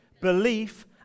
belief